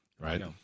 right